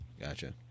Gotcha